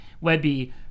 Webby